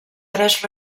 tres